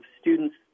students